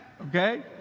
okay